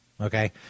Okay